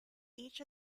each